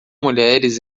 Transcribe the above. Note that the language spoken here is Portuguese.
mulheres